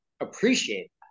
appreciate